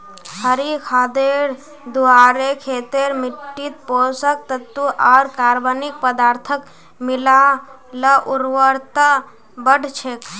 हरी खादेर द्वारे खेतेर मिट्टित पोषक तत्त्व आर कार्बनिक पदार्थक मिला ल उर्वरता बढ़ छेक